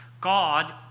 God